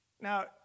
Now